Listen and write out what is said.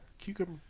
Cucumber